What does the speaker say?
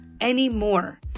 anymore